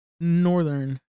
northern